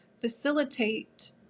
facilitate